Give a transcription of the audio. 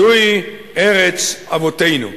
זוהי ארץ אבותינו".